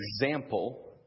example